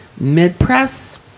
mid-press